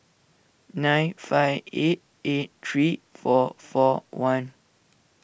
nine five eight eight three four four one